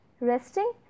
resting